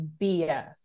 BS